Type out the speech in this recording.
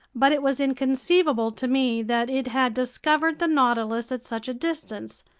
but it was inconceivable to me that it had discovered the nautilus at such a distance,